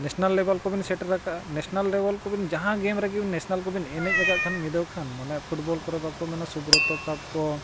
national ᱞᱮᱵᱮᱞ ᱠᱚᱵᱮᱱ ᱥᱮᱴᱮᱨ ᱠᱟᱜᱼᱟ ᱱᱮᱥᱱᱮᱞ ᱞᱮᱵᱮᱞ ᱠᱚᱵᱮᱱ ᱡᱟᱦᱟᱸ ᱜᱮᱢ ᱨᱮᱜᱮ ᱱᱮᱥᱱᱮᱞ ᱠᱚᱵᱮᱱ ᱮᱱᱮᱡ ᱟᱠᱟᱫ ᱠᱷᱟᱱ ᱢᱤᱫ ᱫᱷᱟᱹᱣ ᱠᱷᱟᱱ ᱢᱟᱱᱮ ᱯᱷᱩᱴᱵᱚᱞ ᱠᱚᱨᱮ ᱵᱟᱠᱚ ᱢᱮᱱᱟ ᱥᱩᱵᱨᱚᱛᱚ ᱠᱟᱯ ᱠᱚ